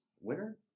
winner